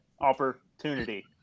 opportunity